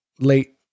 late